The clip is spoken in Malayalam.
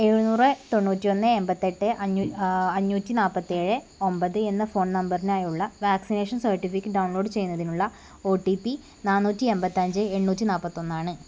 എഴുനൂറ് തൊണ്ണൂറ്റി ഒന്ന് എൺപത്തെട്ട് അഞ്ഞൂ അഞ്ഞൂറ്റി നാൽപ്പത്തേഴ് ഒമ്പത് എന്ന ഫോൺ നമ്പറിനായുള്ള വാക്സിനേഷൻ സർട്ടിഫിക്കറ്റ് ഡൗൺലോഡ് ചെയ്യുന്നതിനുള്ള ഒ ടി പി നാനൂറ്റി എൺപത്തഞ്ച് എണ്ണൂറ്റി നാൽപ്പത്തൊന്ന് ആണ്